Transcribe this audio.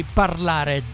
parlare